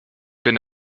bin